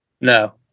No